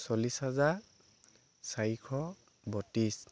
চল্লিছ হাজাৰ চাৰিশ বত্ৰিছ